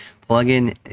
plug-in